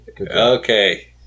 okay